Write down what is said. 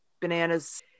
bananas